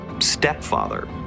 stepfather